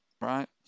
right